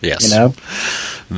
Yes